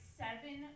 seven